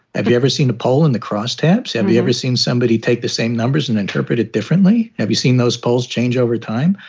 have you ever seen a poll in the crosstabs? have you ever seen somebody take the same numbers and interpret it differently? have you seen those polls change over time?